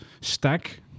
stack